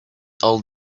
old